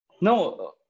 No